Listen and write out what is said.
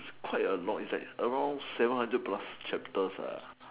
it's quite a lot it's like around seven hundred plus chapters